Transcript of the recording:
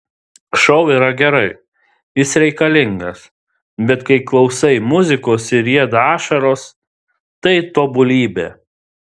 šou yra gerai jis reikalingas bet kai klausai muzikos ir rieda ašaros tai tobulybė